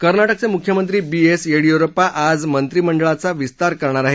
कर्नाटकाचे मुख्यमंत्री B S Yediyurappa आज मंत्रिमंडळाचा विस्तार करणार आहेत